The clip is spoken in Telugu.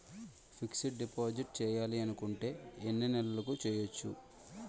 ఫిక్సడ్ డిపాజిట్ చేయాలి అనుకుంటే ఎన్నే నెలలకు చేయొచ్చు?